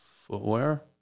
Footwear